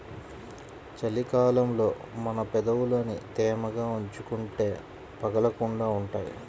చలి కాలంలో మన పెదవులని తేమగా ఉంచుకుంటే పగలకుండా ఉంటాయ్